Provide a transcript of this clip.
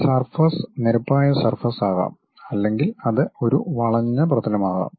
ഈ സർഫസ് നിരപ്പായ സർഫസ് ആകാം അല്ലെങ്കിൽ അത് ഒരു വളഞ്ഞ പ്രതലമാകാം